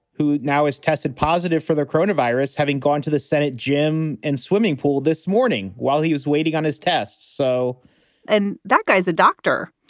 who now has tested positive for their crony virus, having gone to the senate gym and swimming pool this morning while he was waiting on his tests so and that guy's a doctor,